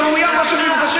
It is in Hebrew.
יש לנו ים של מפגשים.